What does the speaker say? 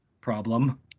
problem